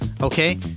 Okay